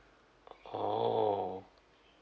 oh